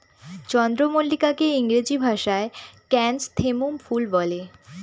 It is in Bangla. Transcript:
চন্দ্রমল্লিকাকে ইংরেজি ভাষায় ক্র্যাসনথেমুম ফুল বলে